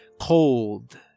cold